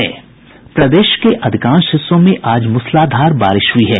प्रदेश के अधिकांश हिस्सों में आज मूसलाधार बारिश हुई है